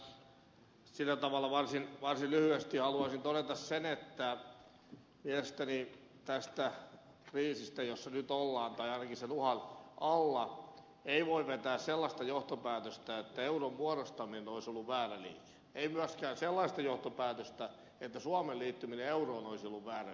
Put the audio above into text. ihan sillä tavalla varsin lyhyesti haluaisin todeta sen että mielestäni tästä kriisistä jossa nyt olemme tai ainakin sen uhan alla ei voi vetää sellaista johtopäätöstä että euron muodostaminen olisi ollut väärä liike ei myöskään sellaista johtopäätöstä että suomen liittyminen euroon olisi ollut väärä liike